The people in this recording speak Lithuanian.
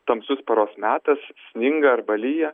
tamsus paros metas sninga arba lyja